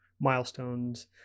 milestones